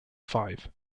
five